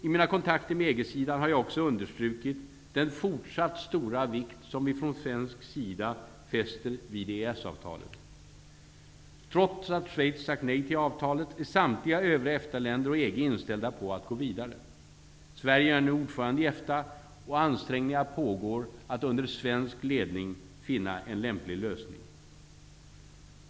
I mina kontakter med EG-sidan har jag också understrukit den fortsatt stora vikt som vi från svensk sida fäster vid EES-avtalet. Trots att Schweiz sagt nej till avtalet, är samtliga övriga EFTA-länder och EG inställda på att gå vidare. Sverige är nu ordförande i EFTA, och ansträngningar pågår att under svensk ledning finna en lämplig lösning.